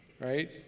right